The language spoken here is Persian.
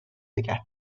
نگه